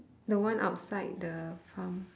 the one outside the farm